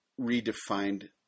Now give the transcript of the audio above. redefined